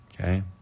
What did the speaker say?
Okay